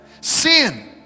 Sin